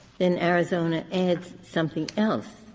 then arizona adds something else.